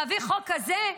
להביא חוק כזה?